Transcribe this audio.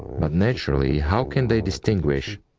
but naturally, how can they distinguish,